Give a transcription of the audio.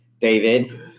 David